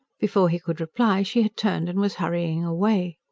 before he could reply, she had turned and was hurrying away.